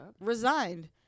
Resigned